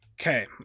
Okay